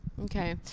Okay